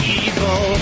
evil